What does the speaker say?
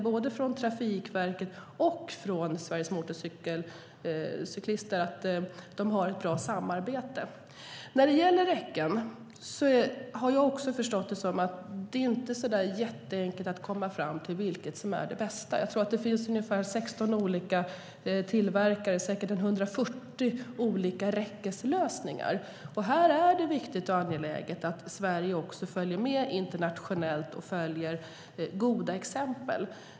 Både från Trafikverket och från Sveriges Motorcyklister har jag fått uppfattningen att man har ett bra samarbete. När det gäller räcken är det heller inte så lätt att komma fram till vad som är det bästa. Det finns ungefär 16 olika tillverkare och säkert omkring 140 olika räckeslösningar. Här är det viktigt och angeläget att Sverige också följer med internationellt och följer goda exempel.